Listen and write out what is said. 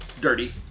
Dirty